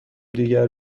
دیگر